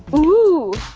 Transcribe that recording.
ooh,